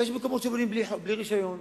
ויש מקומות שבונים בהם בלי רשיון.